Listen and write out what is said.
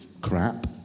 crap